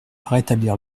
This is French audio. rétablir